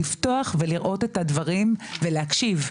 לפתוח ולראות את הדברים ולהקשיב.